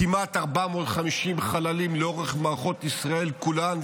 כמעט 450 חללים לאורך מערכות ישראל כולן,